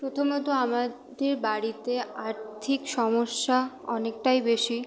প্রথমত আমাদের বাড়িতে আর্থিক সমস্যা অনেকটাই বেশি